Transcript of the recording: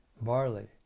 Barley